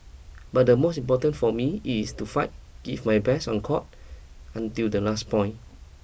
but the most important for me it's to fight give my best on court until the last point